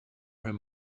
him